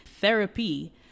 Therapy